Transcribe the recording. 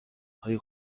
های